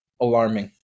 alarming